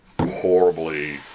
horribly